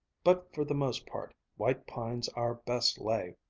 but for the most part, white pine's our best lay.